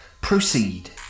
Proceed